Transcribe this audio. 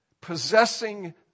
possessing